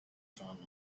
found